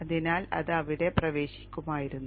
അതിനാൽ അത് അവിടെ പ്രവേശിക്കുമായിരുന്നു